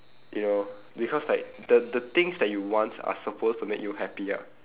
you know because like the the things that you want are supposed to make you happy ah